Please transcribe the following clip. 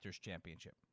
Championship